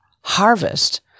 harvest